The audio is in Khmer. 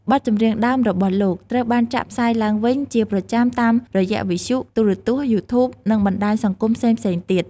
បទចម្រៀងដើមរបស់លោកត្រូវបានចាក់ផ្សាយឡើងវិញជាប្រចាំតាមរយៈវិទ្យុ ទូរទស្សន៍ យូធូបនិងបណ្ដាញសង្គមផ្សេងៗទៀត ។